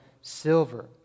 silver